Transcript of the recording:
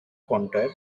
counter